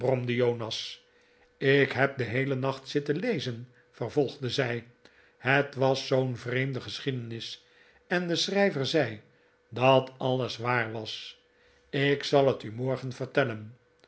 ik heb den heelen nacht zitten lezen vervolgde zij het was zoo'n vreemde geschiedenis en de schrijver zei dat alles waar was ik zal het u morgen vertellen